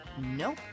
Nope